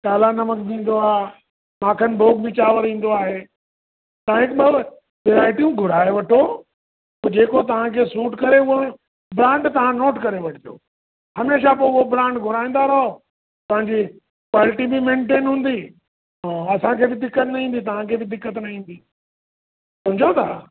काला नमक बि ईंदो आहे माखन भोॻ बि चांवर ईंदो आहे तव्हां हिक ॿ वैरायटियूं घुराए वठो पोइ जेको तव्हां खे सूट करे उहो ॾियां त तव्हां नोट करे वठिजो हमेशह पोइ उहो ब्रांड घुराईंदा रहो तव्हां जी क्वालिटी बि मेंटेन हूंदी और असांखे बि दिक़त न ईंदी तव्हां खे बि दिक़त न ईंदी समुझो था